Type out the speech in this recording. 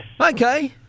Okay